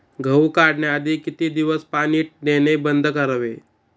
गहू काढण्याआधी किती दिवस पाणी देणे बंद करावे?